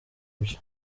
ibyo